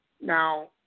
Now